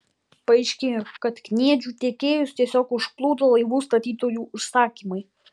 paaiškėjo kad kniedžių tiekėjus tiesiog užplūdo laivų statytojų užsakymai